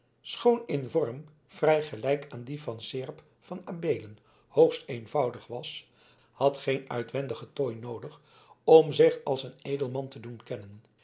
schoon in vorm vrij gelijk aan die van seerp van adeelen hoogst eenvoudig was had geen uitwendigen tooi noodig om zich als een edelman te doen kennen